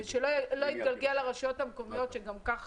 שלא יתגלגל לרשויות המקומיות שגם כך